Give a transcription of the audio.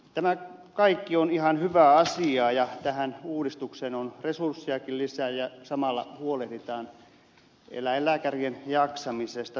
tämä kaikki on ihan hyvää asiaa ja tähän uudistukseen on resurssejakin lisää ja samalla huolehditaan eläinlääkärien jaksamisesta työssä